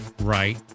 Right